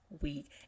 week